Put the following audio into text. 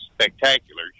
spectacular